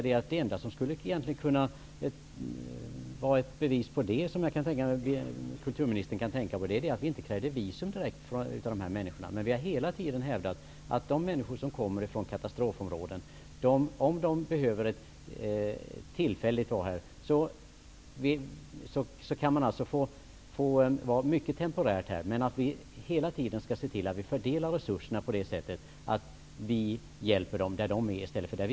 Det enda som jag kan tänka mig att kulturministern tänker på är att vi inte krävde visum av dessa människor. Men vi har hela tiden hävdat att de människor som kommer från katastrofområden kan få komma hit temporärt. Men man skall hela tiden se till att resurserna fördelas så att människorna kan hjälpas där de befinner sig och inte här.